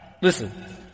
Listen